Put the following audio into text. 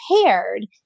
prepared